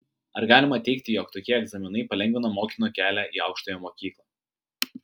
ar galima teigti jog tokie egzaminai palengvina mokinio kelią į aukštąją mokyklą